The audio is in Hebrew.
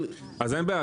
אז אין בעיה,